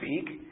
speak